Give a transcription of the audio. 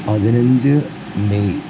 പതിനഞ്ച് മെയ്